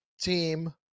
team